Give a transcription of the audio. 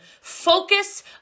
Focus